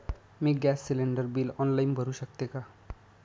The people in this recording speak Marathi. मी गॅस सिलिंडर बिल ऑनलाईन भरु शकते का?